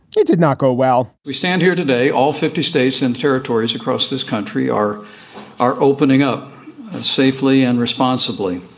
it did not go well we stand here today. all fifty states and territories across this country are are opening up safely and responsibly.